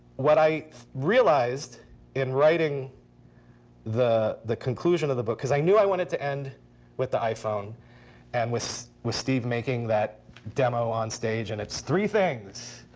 what i realized in writing the the conclusion of the book, because i knew i wanted to end with the iphone and with with steve making that demo on stage. and it's three things.